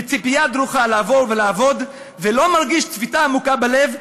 בציפייה דרוכה לעבור ולעבוד ולא מרגיש צביטה עמוקה בלב,